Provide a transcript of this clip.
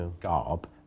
garb